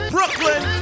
Brooklyn